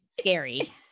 scary